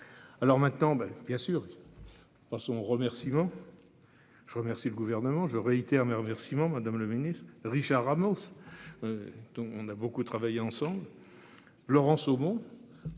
Alors maintenant ben bien sûr. Dans son remerciement. Je vous remercie. Le gouvernement je réitère mes remerciements Madame le Ministre Richard Ramos. Dont on a beaucoup travaillé ensemble. Laurence.